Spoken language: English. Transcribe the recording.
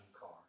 car